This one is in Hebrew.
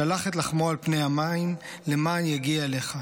שלח את לחמו על פני המים למען יגיע אליך.